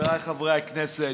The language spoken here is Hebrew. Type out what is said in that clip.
חבריי חברי הכנסת,